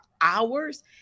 hours